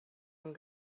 and